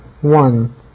One